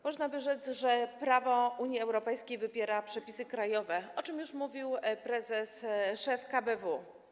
Można by rzec, że prawo Unii Europejskiej wypiera przepisy krajowe, o czym już mówił prezes, szef KBW.